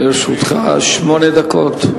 לרשותך שמונה דקות.